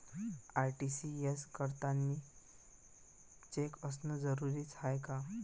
RTGS करतांनी cheque असनं जरुरीच हाय का?